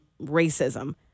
racism